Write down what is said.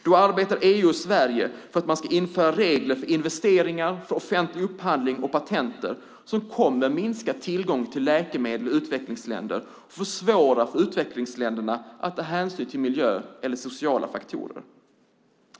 Då arbetar EU och Sverige för att man ska införa regler för investeringar, offentlig upphandling och patent som kommer att minska tillgången till läkemedel i utvecklingsländer och försvåra möjligheterna för utvecklingsländerna att ta hänsyn till miljö och sociala faktorer.